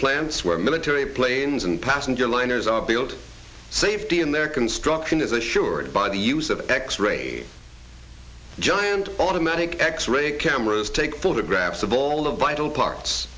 plants where military planes and passenger liners are built safety in their construction is a sure ordered by the use of x ray giant automatic x ray cameras take photographs of all the vital parts